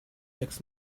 six